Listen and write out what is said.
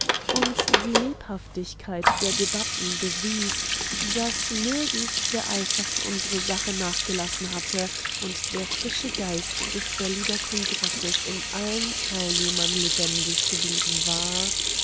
und die lebhaftigkeit der debatten bewies daß nirgends der eifer für unsere sache nachgelassen hatte und der frische geist des berliner kongresses in allen teilnehmern lebendig geblieben war